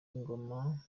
ingoma